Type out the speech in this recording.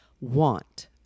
want